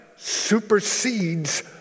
supersedes